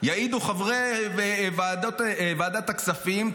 יעידו חברי ועדת הכספים,